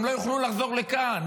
גם לא יוכלו לחזור לכאן.